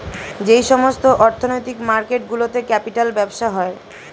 যেই সমস্ত অর্থনৈতিক মার্কেট গুলোতে ক্যাপিটাল ব্যবসা হয়